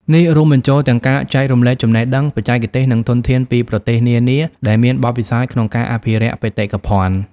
នេះរួមបញ្ចូលទាំងការចែករំលែកចំណេះដឹង បច្ចេកទេស និងធនធានពីប្រទេសនានាដែលមានបទពិសោធន៍ក្នុងការអភិរក្សបេតិកភណ្ឌ។